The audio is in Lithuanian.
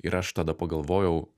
ir aš tada pagalvojau